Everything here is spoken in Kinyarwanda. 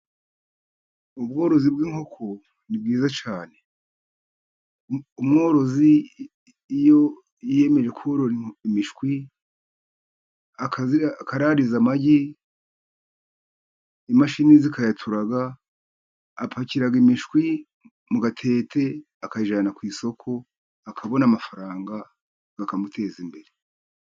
Ubworozi bw'inkoko ni bwiza cyane. Umworozi iyo yiyemeje korora imishwi, akarariza amagi imashini zikayaturaga, apakira imishwi mu gatete akayijyana ku isoko, akabona amafaranga, akamuteza imbere.